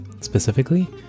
specifically